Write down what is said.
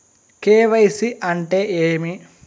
KYC అంటే ఏమి?